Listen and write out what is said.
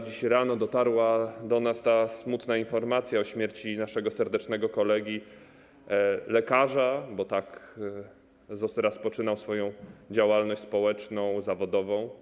Dziś rano dotarła do nas ta smutna informacja o śmierci naszego serdecznego kolegi lekarza, bo jako lekarz rozpoczynał swoją działalność społeczną, zawodową.